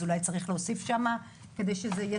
אז אולי צריך להוסיף שם כדי שזה יהיה